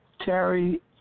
Terry